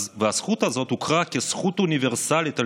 והזכות הזאת הוכרה כזכות אוניברסלית על